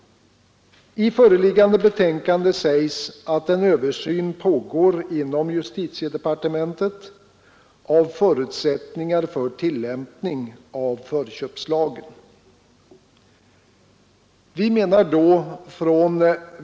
I föreliggande betänkande sägs att det inom justitiedepartementet pågår en översyn av förutsättningarna för tillämpning av förköpslagen.